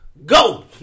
Go